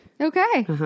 Okay